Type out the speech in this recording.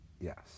yes